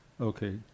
Okay